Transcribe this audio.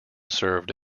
served